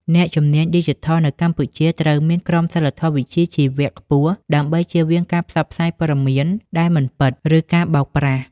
អ្នកជំនាញឌីជីថលនៅកម្ពុជាត្រូវមានក្រមសីលធម៌វិជ្ជាជីវៈខ្ពស់ ដើម្បីចៀសវាងការផ្សព្វផ្សាយព័ត៌មានដែលមិនពិត ឬការបោកប្រាស់។